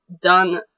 done